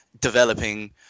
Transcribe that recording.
developing